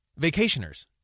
Vacationers